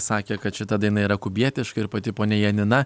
sakė kad šita daina yra kubietiška ir pati ponia janina